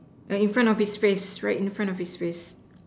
ah in front of his face right in front of his face